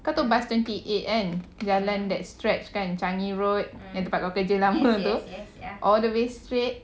kau tahu bus twenty eight kan jalan that stretch kan changi road yang tempat kau kerja lama tu all the way straight